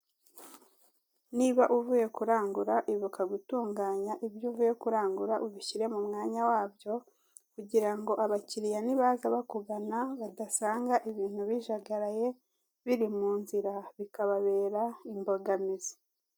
Niba uvuye kurangura ibuka gutunganya ibyo uvuye kurangura ubishyira mu mwanya wabyo kugira ngo abakiriya ntibaza bakugana badasanga ibintu bijagaraya biri mu nzira bikababera imbogamizi.